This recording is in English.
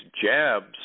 jabs